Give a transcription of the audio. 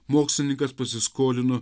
mokslininkas pasiskolino